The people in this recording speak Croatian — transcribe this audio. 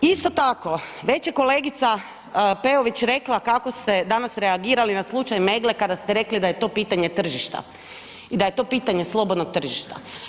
Isto tako već je kolegica Peović rekla kada ste danas reagirali na slučaj Meggle kada ste rekli da je to pitanje tržišta i da je to pitanje slobodnog tržišta.